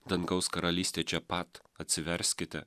dangaus karalystė čia pat atsiverskite